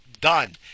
done